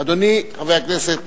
אדוני, חבר הכנסת גנאים,